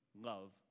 love